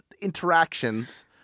interactions